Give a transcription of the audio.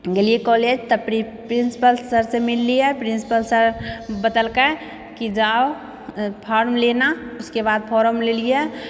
गेलिए कॉलेज तऽ प्रिंसिपल सरसँ मिललिए प्रिंसिपल सर बतेलकै कि जाओ फार्म लेना उसके बाद फारम लेलिए